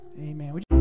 Amen